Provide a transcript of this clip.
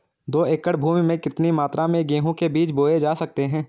दो एकड़ भूमि में कितनी मात्रा में गेहूँ के बीज बोये जा सकते हैं?